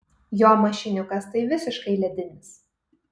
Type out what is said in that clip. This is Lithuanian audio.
jo mašiniukas tai visiškai ledinis